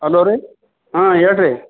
hello ರೀ ಆಂ ಹೇಳ್ರಿ